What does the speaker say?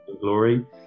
Glory